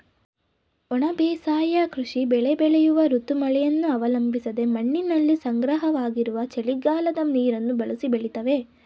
ಒಣ ಬೇಸಾಯ ಕೃಷಿ ಬೆಳೆ ಬೆಳೆಯುವ ಋತು ಮಳೆಯನ್ನು ಅವಲಂಬಿಸದೆ ಮಣ್ಣಿನಲ್ಲಿ ಸಂಗ್ರಹವಾಗಿರುವ ಚಳಿಗಾಲದ ನೀರನ್ನು ಬಳಸಿ ಬೆಳಿತವೆ